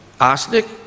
arsenic